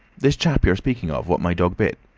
this chap you're speaking of, what my dog bit.